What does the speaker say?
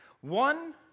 One